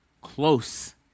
close